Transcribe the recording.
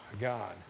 God